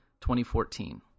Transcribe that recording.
2014